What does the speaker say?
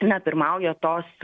na pirmauja tos